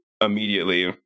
immediately